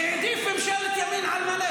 שהעדיף ממשלת ימין על מלא,